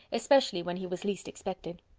especially when he was least expected.